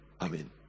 Amen